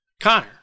Connor